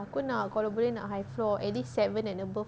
aku nak kalau boleh nak high floor at least seven and above